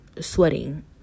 sweating